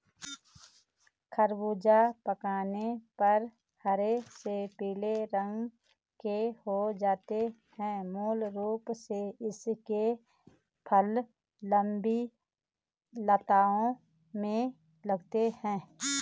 ख़रबूज़ा पकने पर हरे से पीले रंग के हो जाते है मूल रूप से इसके फल लम्बी लताओं में लगते हैं